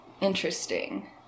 Interesting